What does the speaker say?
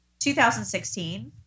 2016